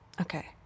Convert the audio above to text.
Okay